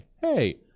Hey